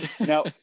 Now